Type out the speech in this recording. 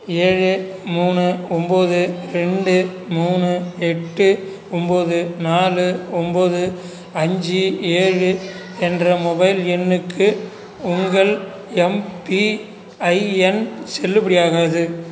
ஏழு மூணு ஒம்பது ரெண்டு மூணு எட்டு ஒம்பது நாலு ஒம்பது அஞ்சு ஏழு என்ற மொபைல் எண்ணுக்கு உங்கள் எம்பிஐஎன் செல்லுபடியாகாது